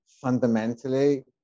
fundamentally